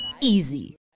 Easy